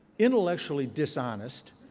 intellectually dishonest,